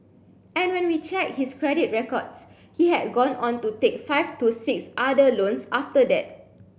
and when we checked his credit records he had gone on to take five to six other loans after that